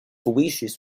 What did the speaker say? wishes